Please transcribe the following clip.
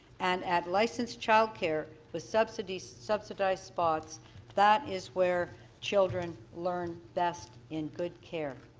and at licensed child care with subsidized subsidized spots that is where children learn best in good care.